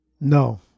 No